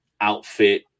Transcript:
outfit